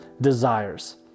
desires